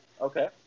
Okay